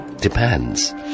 depends